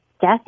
death